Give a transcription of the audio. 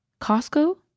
Costco